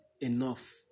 enough